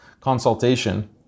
consultation